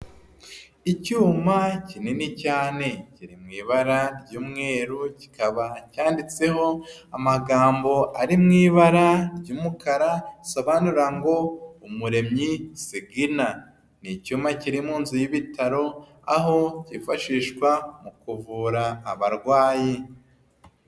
Icyuma kinini cyane kiri mu ibara ry'umweru kikaba cyanditseho amagambo ari mu ibara ry'umukara risobanura ngo umuremyi segina ni icyuma kiri mu inzu y'ibitaro aho kifashishwa mu kuvura abarwayi.